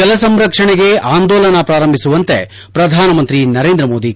ಜಲಸಂರಕ್ಷಣೆಗೆ ಆಂದೋಲನ ಪ್ರಾರಂಭಿಸುವಂತೆ ಪ್ರಧಾನಮಂತ್ರಿ ನರೇಂದ್ರ ಮೋದಿ ಕರೆ